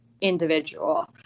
individual